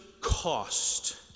cost